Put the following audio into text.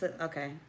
Okay